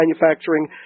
manufacturing